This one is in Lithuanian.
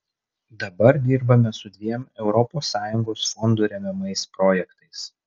dabar dirbame su dviem europos sąjungos fondų remiamais projektais